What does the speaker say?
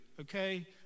okay